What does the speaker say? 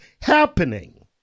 happening